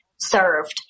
served